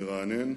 הוא מרענן,